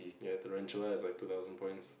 ya a tarantula is like two thousand points